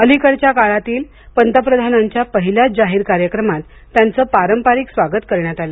अलीकडच्या काळातील पंतप्रधानांच्या पहिल्याच जाहीर कार्यक्रमात त्यांचे पारंपारिक स्वागत करण्यात आले